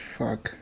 fuck